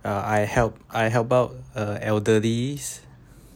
I help I help out uh elderlies